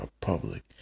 public